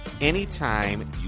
anytime